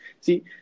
see